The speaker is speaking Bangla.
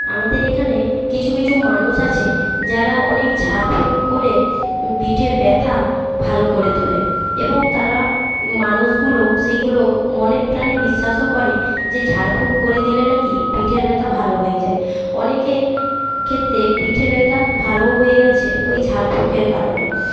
আমাদের এখানে কিছু কিছু মানুষ আছে যারা অনেক ঝাড়ফুঁক করে ও পিঠের ব্যথা ভালো করে তোলে এবং তারা মানুষগুলো সেইগুলো মনে প্রাণে বিশ্বাসও করে যে ঝাড়ফুঁক করে দিলে নাকি পিঠের ব্যথা ভালো হয়ে যায় অনেকের ক্ষেত্রে পিঠের ব্যথা ভালোও হয়ে গেছে ওই ঝাড়ফুঁকের কারণে